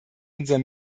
unser